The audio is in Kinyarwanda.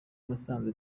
musanze